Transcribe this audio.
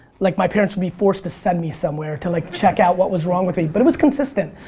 like my parents would be forced to send me somewhere to like check out what was wrong with me. but it was consistent.